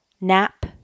nap